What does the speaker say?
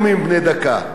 אדוני היושב-ראש,